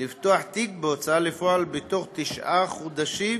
לפתוח תיק בהוצאה לפועל בתוך תשעה חודשים